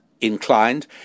inclined